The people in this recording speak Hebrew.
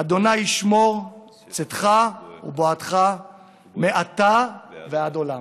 ה' ישמֹר צאתך ובואך מעתה ועד עולם".